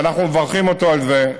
ואנחנו מברכים אותו על זה,